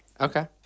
Okay